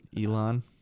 Elon